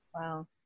Wow